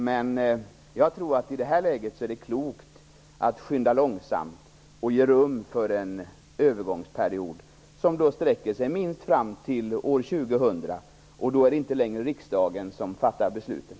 Men jag tror att det i det här läget är klokt att skynda långsamt och ge rum för en övergångsperiod, som sträcker sig minst fram till år 2000. Då är det inte längre riksdagen som fattar besluten.